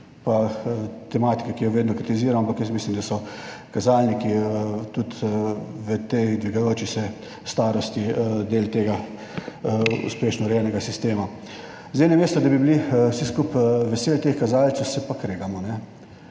pa tematike, ki jo vedno kritiziram, ampak jaz mislim, da so kazalniki tudi v tej dvigajoči se starosti del tega uspešno urejenega sistema. Zdaj, namesto, da bi bili vsi skupaj veseli teh kazalcev, se pa kregamo.